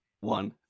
one